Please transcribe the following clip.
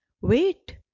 Wait